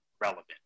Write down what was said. relevant